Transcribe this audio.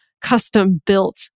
custom-built